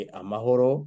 amahoro